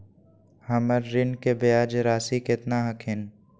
हमर ऋण के ब्याज रासी केतना हखिन?